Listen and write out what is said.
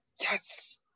Yes